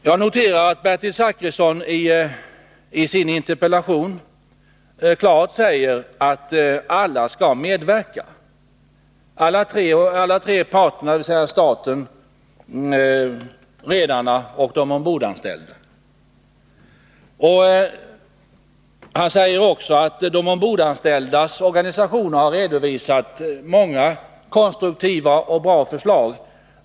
Jag noterar att Bertil Zachrisson i sin interpellation klart uttalat att alla tre berörda parter, dvs. staten, redarna och de ombordanställda, skall medverka. Han har också påpekat att de ombordanställdas organisationer har redovisat många konstruktiva och bra förslag.